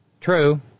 True